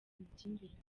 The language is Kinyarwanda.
amakimbirane